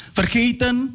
Vergeten